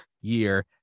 year